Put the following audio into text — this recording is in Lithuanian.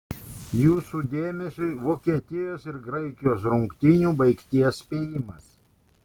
jūsų dėmesiui vokietijos ir graikijos rungtynių baigties spėjimas